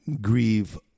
grieve